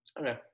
okay